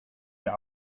ihr